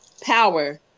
power